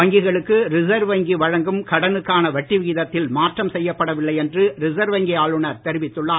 வங்கிகளுக்கு ரிசர்வ் வங்கி வழங்கும் கடனுக்கான வட்டி விகிதத்தில் மாற்றம் செய்யப்படவில்லை என்று ரிசர்வ் வங்கி ஆளுநர் தெரிவித்துள்ளார்